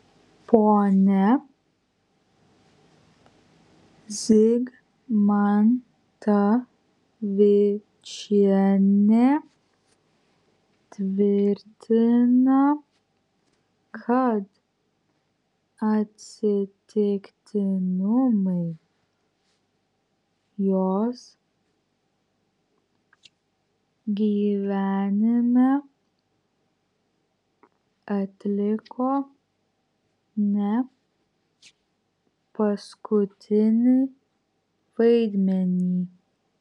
ponia zigmantavičienė tvirtina kad atsitiktinumai jos gyvenime atliko ne paskutinį vaidmenį